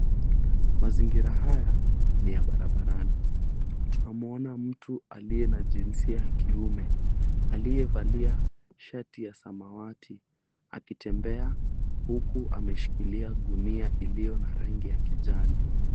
Mazingira haya ni ya barabarani tunamuona mtu aliye na jinsia ya kiume aliyevalia shati ya samawati akitembea huku ameshikilia gunia iliyo na rangi ya kijani.